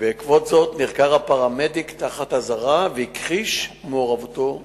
ובעקבות זאת נחקר הפרמדיק תחת אזהרה והכחיש מעורבותו בעניין.